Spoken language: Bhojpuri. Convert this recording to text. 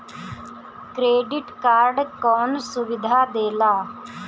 क्रेडिट कार्ड कौन सुबिधा देला?